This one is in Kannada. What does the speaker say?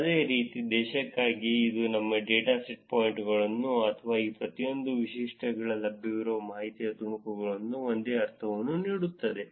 ಅದೇ ರೀತಿ ದೇಶಕ್ಕಾಗಿ ಇದು ನಿಮಗೆ ಡೇಟಾ ಪಾಯಿಂಟ್ಗಳಲ್ಲಿ ಅಥವಾ ಈ ಪ್ರತಿಯೊಂದು ವೈಶಿಷ್ಟ್ಯಗಳಿಗೆ ಲಭ್ಯವಿರುವ ಮಾಹಿತಿಯ ತುಣುಕುಗಳಲ್ಲಿ ಒಂದು ಅರ್ಥವನ್ನು ನೀಡುತ್ತದೆ